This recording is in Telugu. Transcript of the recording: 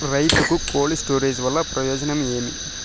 రైతుకు కోల్డ్ స్టోరేజ్ వల్ల ప్రయోజనం ఏమి?